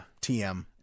tm